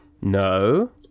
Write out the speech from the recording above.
No